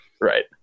Right